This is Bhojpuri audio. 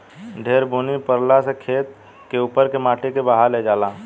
ढेर बुनी परला से खेत के उपर के माटी के बहा ले जाला